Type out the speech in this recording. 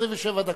27 דקות.